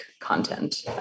content